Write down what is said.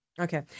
Okay